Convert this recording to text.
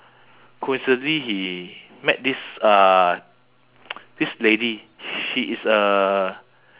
coincidentally he met this uh this lady she is a